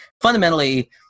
Fundamentally